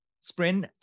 sprint